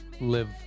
live